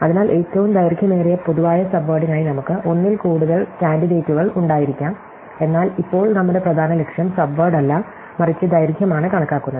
അതിനാൽ ഏറ്റവും ദൈർഘ്യമേറിയ പൊതുവായ സബ്വേഡിനായി നമുക്ക് ഒന്നിൽ കൂടുതൽ കാൻഡിഡേറ്റുകൾ ഉണ്ടായിരിക്കാം എന്നാൽ ഇപ്പോൾ നമ്മുടെ പ്രധാന ലക്ഷ്യം സബ്വേഡല്ല മറിച്ച് ദൈർഘ്യമാണ് കണക്കാക്കുന്നത്